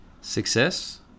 Success